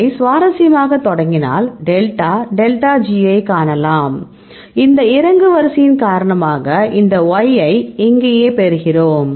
இதை சுவாரசியமாக தொடங்கினாள் டெல்டா டெல்டா G ஐ காணலாம் இந்த இறங்கு வரிசையின் காரணமாக இந்த Y ஐ இங்கேயே பெறுகிறோம்